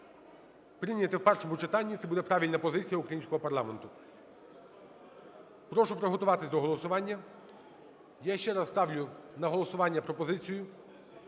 прийняти в першому читанні – це буде правильна позиція українського парламенту. Прошу приготуватись до голосування. Я ще раз ставлю на голосування пропозицію